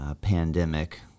pandemic